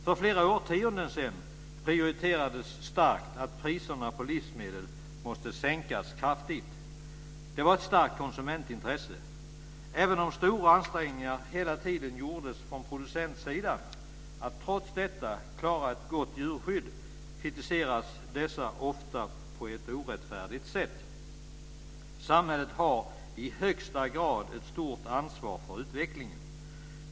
För flera årtionden sedan prioriterades starkt att priserna på livsmedel måste sänkas kraftigt. Det var ett starkt konsumentintresse. Även om stora ansträngningar hela tiden har gjorts från producentsidan för att trots detta klara ett gott djurskydd, kritiseras dessa ofta på ett orättfärdigt sätt. Samhället har i högsta grad ett stort ansvar för utvecklingen.